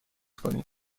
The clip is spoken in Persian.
کنید